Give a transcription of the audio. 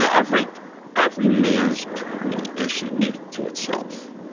so every every man's journey is unique to itself.